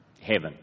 heaven